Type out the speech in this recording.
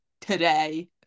today